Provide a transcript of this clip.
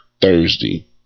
Thursday